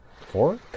four